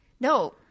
no